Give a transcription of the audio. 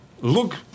Look